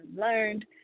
learned